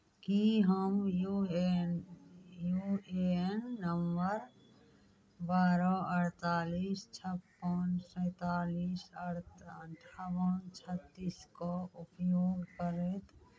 की हम U A N U A N number बारह अड़तालीस छप्पन सैंतालिस अड़ता अन्ठावन छत्तीसके उपयोग करैत